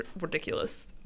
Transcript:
ridiculous